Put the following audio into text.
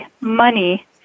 money